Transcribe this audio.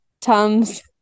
tums